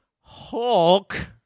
Hulk